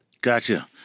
Gotcha